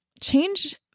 Change